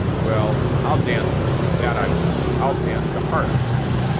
well, i'll dance with you, that i will. i'll dance the heart out of you.